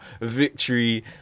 victory